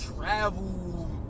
travel